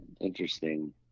interesting